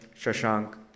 Shashank